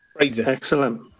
Excellent